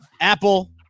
Apple